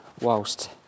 whilst